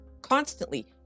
constantly